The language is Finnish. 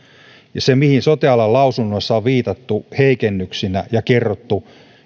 se mihin sote alan lausunnoissa on viitattu heikennyksinä ja kerrottu